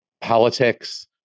politics